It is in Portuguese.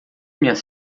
minhas